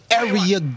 area